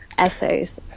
essays